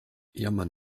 jammern